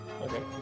Okay